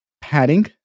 padding